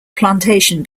plantation